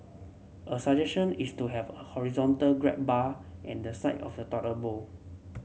a suggestion is to have a horizontal grab bar and the side of the toilet bowl